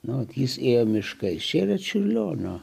nors jis ėjo miškais šėrė čiurlionio